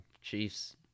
Chiefs